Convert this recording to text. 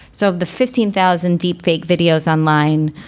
so the fifteen thousand deep fake videos online,